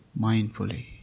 mindfully